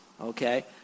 okay